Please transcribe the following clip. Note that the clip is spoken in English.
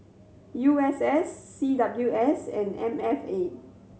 U S S C W S and M F A